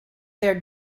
there